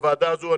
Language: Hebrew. בוועדה הזו.